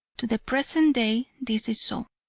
to the present day this is so.